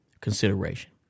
consideration